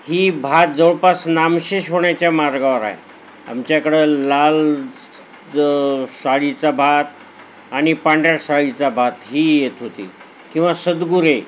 ही भात जवळपास नामशेष होण्याच्या मार्गावर आहे आमच्याकडं लाल सा साळीचा भात आणि पांढऱ्या साळीचा भात ही येत होती किंवा सदगुरे